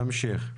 תמשיך.